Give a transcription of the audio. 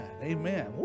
Amen